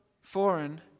foreign